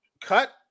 cut